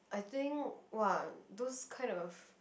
I think !wah! those kind of